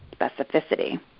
specificity